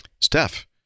Steph